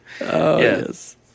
Yes